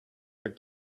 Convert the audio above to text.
are